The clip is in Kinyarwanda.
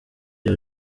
iyo